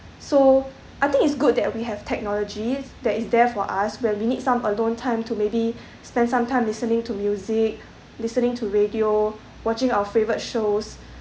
so I think it's good that we have technologies that is there for us when we need some alone time to maybe spend some time listening to music listening to radio watching our favourite shows